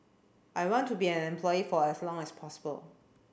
I want to be an employee for as long as possible